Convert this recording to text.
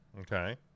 Okay